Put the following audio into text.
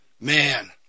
Man